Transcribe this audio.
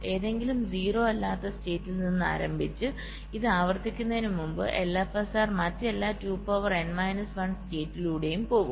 ഏതെങ്കിലും 0 അല്ലാത്ത സ്റ്റേറ്റിൽ നിന്ന് ആരംഭിച്ച് ഇത് ആവർത്തിക്കുന്നതിന് മുമ്പ് LFSR മറ്റെല്ലാ 2 പവർ n മൈനസ് 1 സ്റ്റേറ്റിലൂടെയും പോകും